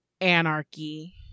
anarchy